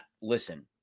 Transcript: Listen